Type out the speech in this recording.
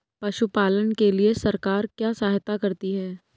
पशु पालन के लिए सरकार क्या सहायता करती है?